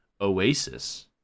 oasis